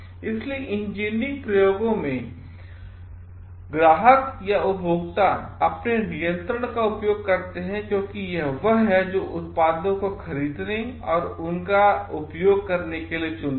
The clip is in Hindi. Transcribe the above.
इसलिए इंजीनियरिंग प्रयोगों में ग्राहक या उपभोक्ता अपने नियंत्रण का उपयोग करते हैं क्योंकि यह वहहैजो उत्पादों को खरीदने या उनका उपयोग करने के लिए चुनते हैं